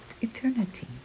eternity